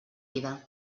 vida